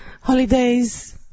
holidays